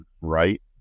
right